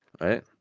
right